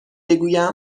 بگویم